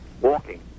walking